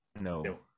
No